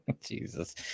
jesus